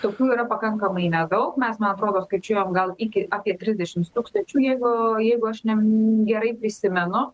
tokių yra pakankamai nedaug mes man atrodo skaičiuojam gal iki apie trisdešims tūkstančių jeigu jeigu aš ne m gerai prisimenu